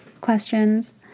questions